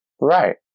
Right